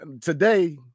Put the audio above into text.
today